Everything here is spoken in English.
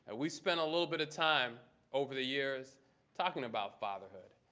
we spent a little bit of time over the years talking about fatherhood.